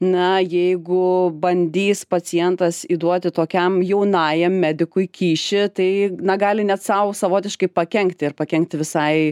na jeigu bandys pacientas įduoti tokiam jaunajam medikui kyšį tai na gali net sau savotiškai pakenkti ir pakenkti visai